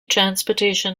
transportation